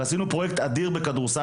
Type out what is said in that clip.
ועשינו שם פרויקט אדיר בכדורסל,